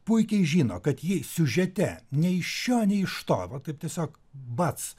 puikiai žino kad jei siužete nei iš šio nei iš to va taip tiesiog bats